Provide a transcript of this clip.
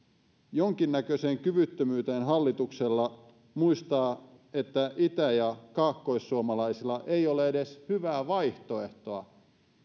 jonkinnäköiseen kyvyttömyyteen hallituksella muistaa että itä ja kaakkoissuomalaisilla ei ole edes hyvää vaihtoehtoa